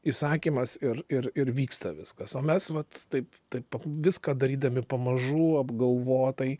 įsakymas ir ir ir vyksta viskas o mes vat taip taip viską darydami pamažu apgalvotai